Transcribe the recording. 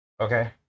Okay